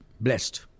blessed